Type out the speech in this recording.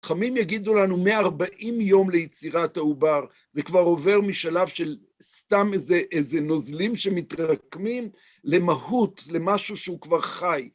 חכמים יגידו לנו, 140 יום ליצירת העובר, זה כבר עובר משלב של סתם איזה נוזלים שמתרקמים למהות, למשהו שהוא כבר חי.